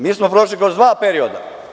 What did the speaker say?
Mi smo prošli kroz dva perioda.